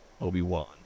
obi-wan